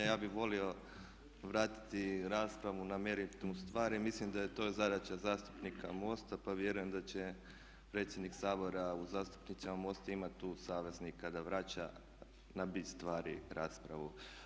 Ja bih volio vratiti raspravu na meritum stvari, mislim da je to zadaća zastupnika MOST-a pa vjerujem da će predsjednik Sabora u zastupnicima MOST-a imati tu saveznika da vraća na bit stvari raspravu.